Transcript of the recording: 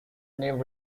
never